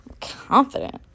confident